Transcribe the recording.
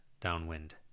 downwind